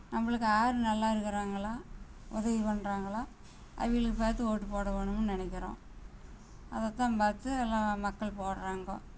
நம்மளுக்கு யார் நல்லாயிருக்கறாங்களோ உதவி பண்றாங்களோ அவங்களுக்கு பார்த்து ஓட்டு போடவோணுனு நினைக்கிறோம் அதை தான் பார்த்து எல்லாம் மக்கள் போடுறாங்கோ